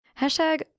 Hashtag